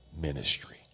ministry